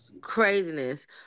Craziness